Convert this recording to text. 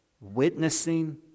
witnessing